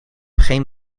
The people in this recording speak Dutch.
geen